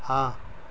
ہاں